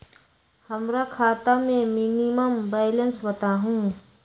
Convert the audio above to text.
हमरा खाता में मिनिमम बैलेंस बताहु?